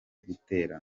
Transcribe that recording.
gutera